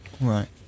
Right